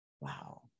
wow